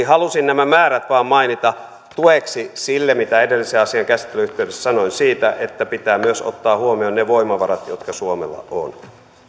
halusin nämä määrät vain mainita tueksi sille mitä edellisen asian käsittelyn yhteydessä sanoin siitä että pitää myös ottaa huomioon ne voimavarat jotka suomella on